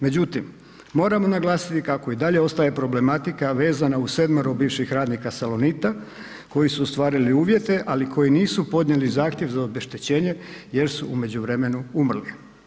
Međutim, moramo naglasiti kako i dalje ostaje problematika vezana uz 7 bivših radnika Salonita koji su ostvarili uvjete, ali koji nisu podnijeli zahtjev za obeštećenje jer su u međuvremenu umrli.